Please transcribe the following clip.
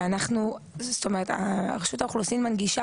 שאנחנו זאת אומרת רשות האוכלוסין מנגישה